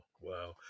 Wow